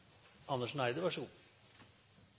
Andersen Eide